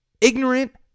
Ignorant